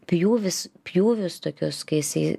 pjūvis pjūvius tokius kai jisai